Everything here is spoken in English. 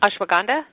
Ashwagandha